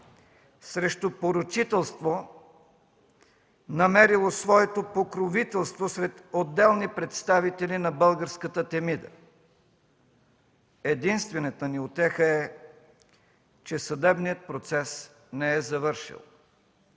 срещу поръчителство, намерило своето покровителство сред отделни представители на българската Темида. Единствената ни утеха е, че съдебният процес не е завършил.